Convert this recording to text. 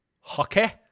Hockey